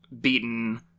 beaten